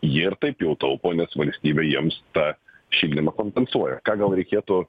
ji ir taip jau taupo nes valstybė jiems tą šildymą kompensuoja ką gal reikėtų